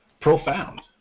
profound